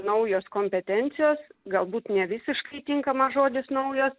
naujos kompetencijos galbūt nevisiškai tinkamas žodis naujos